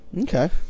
Okay